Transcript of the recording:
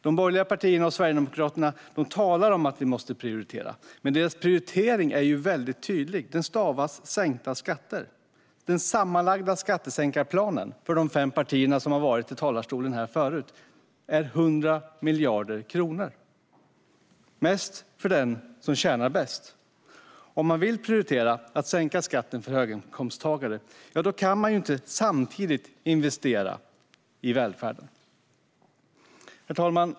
De borgerliga partierna och Sverigedemokraterna talar om att vi måste prioritera, och deras prioritering är tydlig och stavas sänkta skatter. Den sammanlagda skattesänkarplanen för de fem partier som har stått i talarstolen före mig är 100 miljarder kronor, och mest för den som tjänar bäst. Prioriterar man att sänka skatten för höginkomsttagare kan man inte samtidigt investera i välfärden. Herr talman!